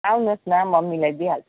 आउनुहोस् न म मिलाइदिइहाल्छु